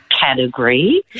category